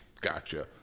Gotcha